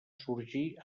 sorgir